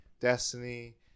Destiny